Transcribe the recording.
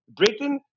Britain